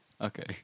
okay